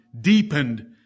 deepened